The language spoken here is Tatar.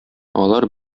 алар